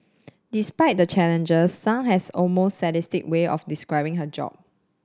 despite the challenges Sun has almost sadistic way of describing her job